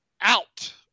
out